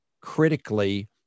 critically